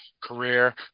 career